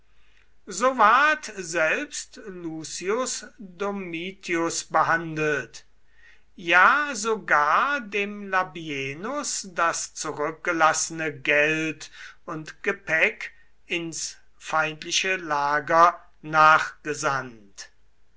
so ward selbst lucius domitius behandelt ja sogar dem labienus das zurückgelassene geld und gepäck ins feindliche lager nachgesandt